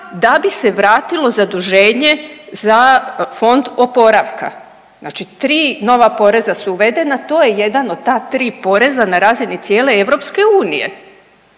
da bi se vratilo zaduženje za Fond oporavka. Znači 3 nova poreza su uvedena, to je jedan od ta 3 poreza na razini cijele EU. Znači